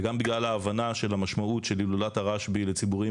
וגם בגלל ההבנה של המשמעות של הילולת הרשב"י לציבורים